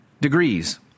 degrees